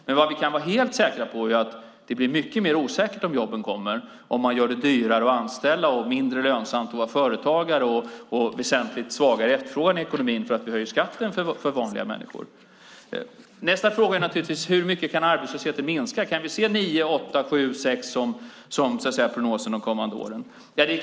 Men vad vi kan vara helt säkra på är att det blir mycket mer osäkert om jobben kommer, om man gör det dyrare att anställa och mindre lönsamt att vara företagare och väsentligt svagare efterfrågan i ekonomin därför att vi höjer skatten för vanliga människor. Nästa fråga är naturligtvis hur mycket arbetslösheten kan minska. Kan vi se 9, 8, 7 eller 6 som prognos de kommande åren?